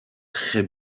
très